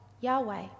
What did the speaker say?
Yahweh